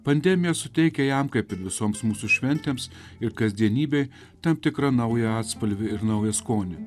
pandemija suteikia jam kaip ir visoms mūsų šventėms ir kasdienybei tam tikrą naują atspalvį ir naują skonį